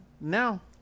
now